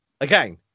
again